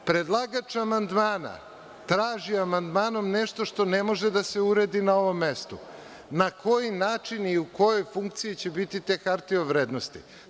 Predlagač amandmana traži amandmanom nešto što ne može da se uredi na ovom mestu na koji način i u kojoj funkciji će biti te hartije od vrednosti.